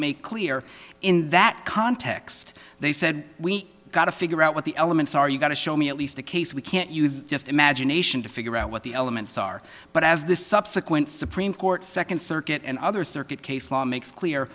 make clear in that context they said we got to figure out what the elements are you've got to show me at least a case we can't use just imagination to figure out what the elements are but as the subsequent supreme court second circuit and other circuit case law makes clear